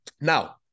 now